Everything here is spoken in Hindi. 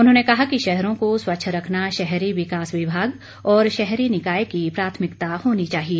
उन्होंने कहा कि शहरों को स्वच्छ रखना शहरी विकास विभाग और शहरी निकाय की प्राथमिकता होनी चाहिए